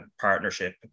partnership